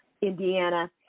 Indiana